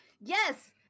Yes